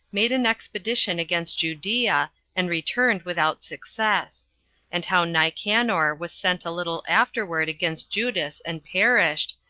made an expedition against judea, and returned without success and how nicanor was sent a little afterward against judas and perished,